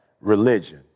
religion